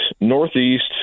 Northeast